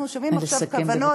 אנחנו שומעים עכשיו כוונות,